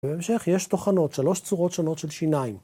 ‫בהמשך יש טוחנות, ‫שלוש צורות שונות של שיניים.